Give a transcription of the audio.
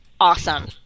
awesome